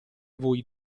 voi